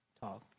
talk